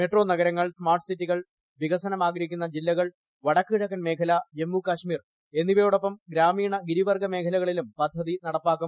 metro നഗരങ്ങൾ സ്മാർട്ട്സിറ്റികൾ വികസനം ആഗ്രഹിക്കുന്ന ജില്ലകൾ വടക്ക് കിഴക്കുന്നു മേഖല ജമ്മുകാശ്മീർ എന്നിവയോടൊപ്പം ഗ്രാമീണഗിരൂവ്ർഗ്ഗ് ് മേഖലകളിലും പദ്ധതി നടപ്പാക്കും